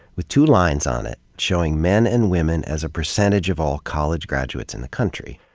with two lines on it, showing men and women as a percentage of all college graduates in the country.